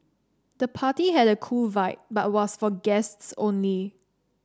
the party had a cool vibe but was for guests only